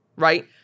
Right